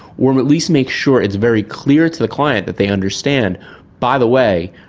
or it least make sure it's very clear to the client that they understand by the way,